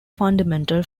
fundamental